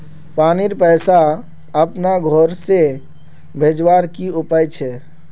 पानीर पैसा अपना घोर से भेजवार की उपाय छे?